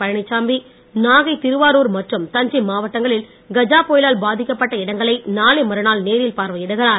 பழனிச்சாமி நாகை திருவாரூர் மற்றும் தஞ்சை மாவட்டங்களில் கஜா புயலால் பாதிக்கப்பட்ட இடங்களை நாளை மறுநாள் நேரில் பார்வையிடுகிறார்